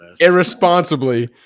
irresponsibly